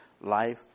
life